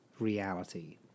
Reality